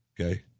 okay